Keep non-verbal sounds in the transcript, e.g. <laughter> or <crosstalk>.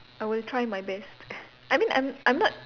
I will try my best <breath> I mean I'm I'm not